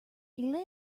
elena